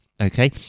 Okay